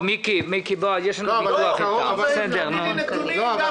הוא צריך להביא לי נתונים.